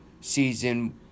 season